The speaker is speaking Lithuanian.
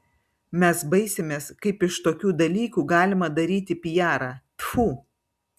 mes baisimės kaip iš tokių dalykų galima daryti pijarą tfu